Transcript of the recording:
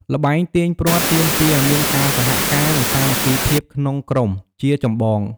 ល្បែងទាញព្រ័ត្រទាមទារឱ្យមានការសហការ និងសាមគ្គីភាពក្នុងក្រុមជាចម្បង។